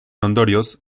ondorioz